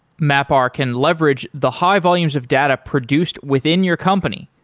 mapr can leverage the high volumes of data produced within your company.